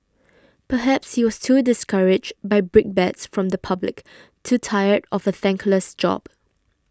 perhaps he was too discouraged by brickbats from the public too tired of a thankless job